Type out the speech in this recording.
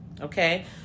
okay